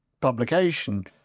publication